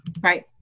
Right